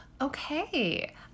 Okay